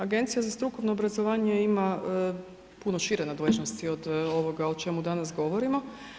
Agencija za strukovno obrazovanje ima puno šire nadležnosti od ovoga o čemu danas govorimo.